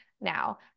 now